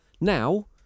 Now